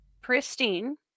pristine